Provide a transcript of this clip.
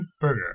burger